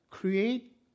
Create